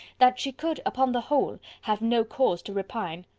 that she could, upon the whole, have no cause to repine.